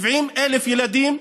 70,000 ילדים,